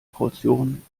portion